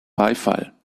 beifall